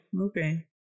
okay